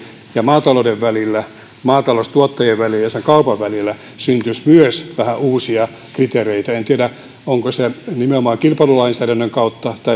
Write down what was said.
ja maatalouden välillä maataloustuottajien välillä ja kaupan välillä syntyisi myös vähän uusia kriteereitä en tiedä olisiko se nimenomaan kilpailulainsäädännön kautta vai